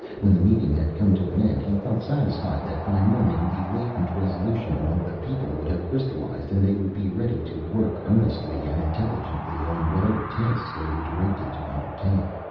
when the meeting had come to an end he felt satisfied that by morning the latent resolution among the people would have crystallized and they would be ready to work earnestly and intelligently on whatever tasks they were directed to undertake.